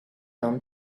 down